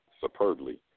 superbly